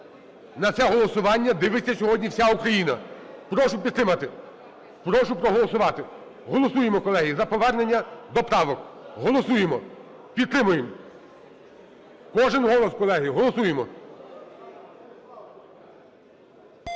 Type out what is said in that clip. На це голосування дивиться сьогодні вся Україна. Прошу підтримати. Прошу проголосувати. Голосуємо, колеги, за повернення до правок. Голосуємо. Підтримуємо. Кожен голос, колеги. Голосуємо.